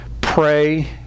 pray